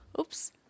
Oops